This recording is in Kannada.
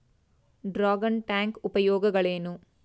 ಡ್ರಾಗನ್ ಟ್ಯಾಂಕ್ ಉಪಯೋಗಗಳೇನು?